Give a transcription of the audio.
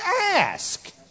ask